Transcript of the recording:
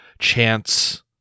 chance